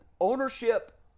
ownership